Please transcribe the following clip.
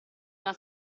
una